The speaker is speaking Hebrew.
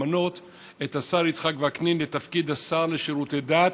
למנות את השר יצחק וקנין לתפקיד השר לשירותי דת.